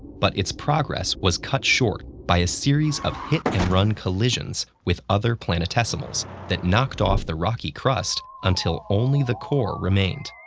but its progress was cut short by a series of hit-and-run collisions with other planetesimals that knocked off the rocky crust until only the core remained.